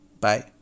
Bye